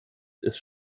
ist